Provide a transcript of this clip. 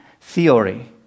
theory